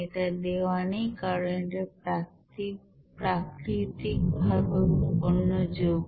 এটা দেওয়া নেই কারণ এটা প্রাকৃতিকভাবে উৎপন্ন যৌগ